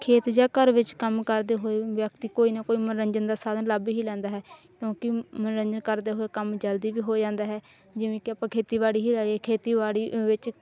ਖੇਤ ਜਾਂ ਘਰ ਵਿੱਚ ਕੰਮ ਕਰਦੇ ਹੋਏ ਵਿਅਕਤੀ ਕੋਈ ਨਾ ਕੋਈ ਮਨੋਰੰਜਨ ਦਾ ਸਾਧਨ ਲੱਭ ਹੀ ਲੈਂਦਾ ਹੈ ਕਿਉਂਕਿ ਮਨੋਰੰਜਨ ਕਰਦੇ ਹੋਏ ਕੰਮ ਜਲਦੀ ਵੀ ਹੋ ਜਾਂਦਾ ਹੈ ਜਿਵੇਂ ਕਿ ਆਪਾਂ ਖੇਤੀਬਾੜੀ ਹੀ ਲੈ ਲਈਏ ਖੇਤੀਬਾੜੀ ਵਿੱਚ